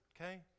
okay